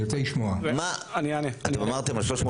מה עם רקע